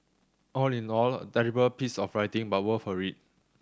all in all a terrible piece of writing but worth a read